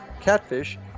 catfish